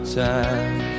time